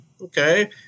okay